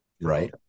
Right